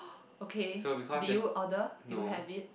okay did you order did you have it